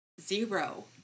zero